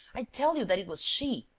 i tell you that it was she!